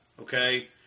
okay